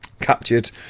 captured